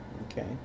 Okay